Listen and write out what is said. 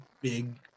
big